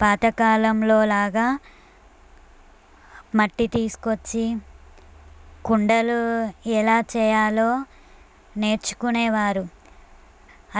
పాతకాలంలో లాగా మట్టి తీసుకొచ్చి కుండలు ఎలా చేయాలో నేర్చుకునే వారు